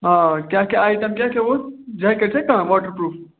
آ کیٛاہ کیٛاہ آیٹَم کیٛاہ کیٛاہ ووت جٮ۪کٮ۪ٹ چھےٚ کانٛہہ واٹَر پرٛوٗف